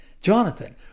Jonathan